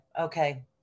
Okay